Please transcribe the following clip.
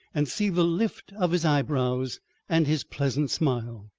and see the lift of his eyebrows and his pleasant smile.